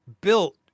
built